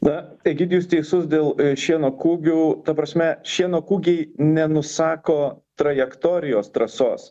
na egidijus teisus dėl šieno kūgių ta prasme šieno kūgiai nenusako trajektorijos trasos